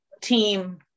team